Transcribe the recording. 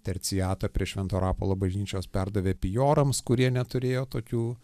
terciatą prie švento rapolo bažnyčios perdavė pijorams kurie neturėjo tokių